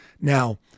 now